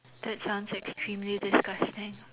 that sounds extremely disgusting